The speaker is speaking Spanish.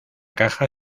caja